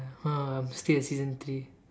ah I'm still at season three